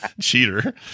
cheater